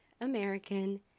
american